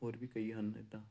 ਹੋਰ ਵੀ ਕਈ ਹਨ ਇੱਦਾਂ